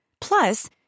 Plus